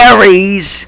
Aries